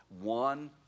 One